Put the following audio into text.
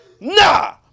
nah